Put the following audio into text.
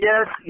Yes